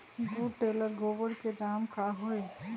दो टेलर गोबर के दाम का होई?